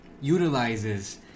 utilizes